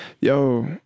Yo